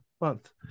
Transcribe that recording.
month